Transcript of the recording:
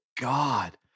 God